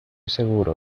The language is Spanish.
seguro